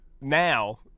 now